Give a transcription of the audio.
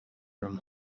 from